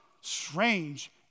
strange